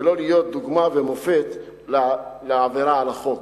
ולא להיות דוגמה ומופת לעבירה על החוק.